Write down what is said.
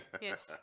Yes